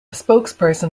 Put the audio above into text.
spokesperson